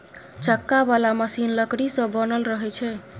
चक्का बला मशीन लकड़ी सँ बनल रहइ छै